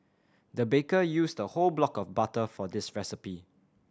the baker used a whole block of butter for this recipe